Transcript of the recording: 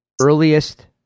earliest